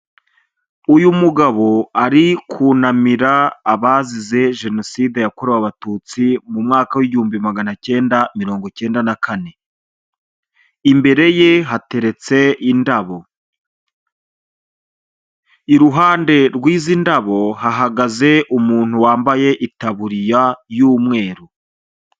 Uyu mugabo ari kunamira abazize Jenoside yakorewe abatutsi mu mwaka w'igihumbi maganakenda na mirongokenda na kane, imbere ye hateretse indabo, iruhande rw'izi ndabo hahagaze umuntu wambaye itaburiya y'umweru.